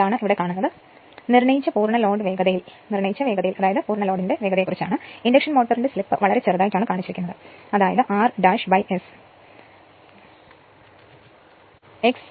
അപ്പോൾ നിർണയിച്ച പൂർണ്ണ ലോഡ് വേഗതയിൽ ഇൻഡക്ഷൻ മോട്ടോറിന്റെ സ്ലിപ്പ് വളരെ ചെറുതാണ് അതായത് r S x 2